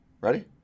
Ready